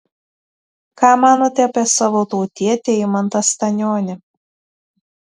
ką manote apie savo tautietį eimantą stanionį